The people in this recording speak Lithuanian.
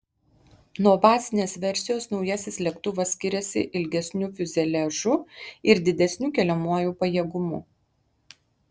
nuo bazinės versijos naujasis lėktuvas skiriasi ilgesniu fiuzeliažu ir didesniu keliamuoju pajėgumu